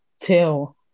tell